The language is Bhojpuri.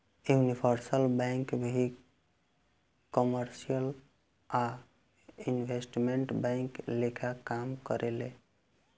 यूनिवर्सल बैंक भी कमर्शियल आ इन्वेस्टमेंट बैंक लेखा काम करेले